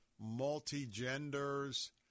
multi-genders